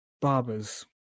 Barbers